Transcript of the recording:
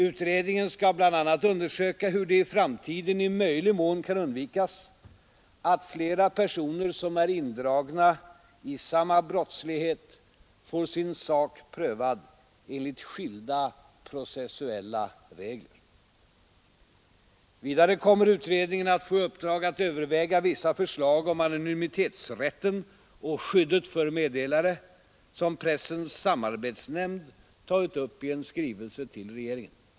Utredningen skall bl.a. undersöka hur det i framtiden i möjlig mån kan undvikas att flera personer som är indragna i samma brottslighet får sin sak prövad enligt skilda processuella regler. Vidare kommer utredningen att få i uppdrag att överväga vissa förslag om anonymitetsrätten och skyddet för meddelare, som Pressens samarbetsnämnd tagit upp i en skrivelse till regeringen.